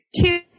Two